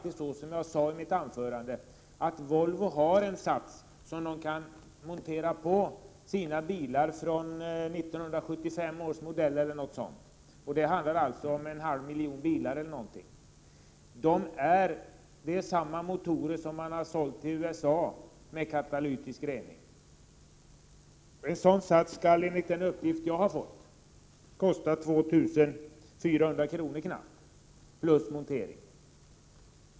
Som jag sade i mitt anförande, har Volvo en sats som man kan montera på bilar från 1975 års modell om jag minns rätt, och det handlar om en halv miijon bilar eller så. Det är samma motorer som har sålts till USA med katalytisk rening. En sådan sats skulle enligt den uppgift jag har fått kosta knappt 2 400 kr. plus montering.